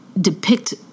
depict